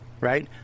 right